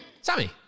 Sammy